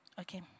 Okay